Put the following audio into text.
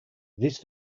this